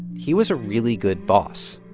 he was a really good boss